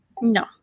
No